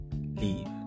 leave